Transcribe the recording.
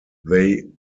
they